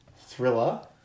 thriller